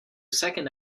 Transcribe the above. second